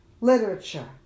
literature